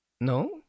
No